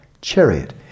Chariot